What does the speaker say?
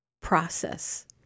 process